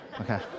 Okay